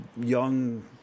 young